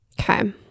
Okay